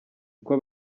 uko